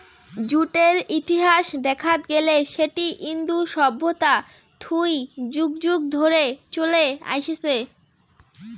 জুটের ইতিহাস দেখাত গেলে সেটি ইন্দু সভ্যতা থুই যুগ যুগ ধরে চলে আইসছে